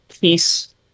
peace